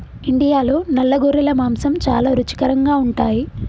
ఇండియాలో నల్ల గొర్రెల మాంసం చాలా రుచికరంగా ఉంటాయి